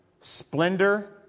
Splendor